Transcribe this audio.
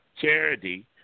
charity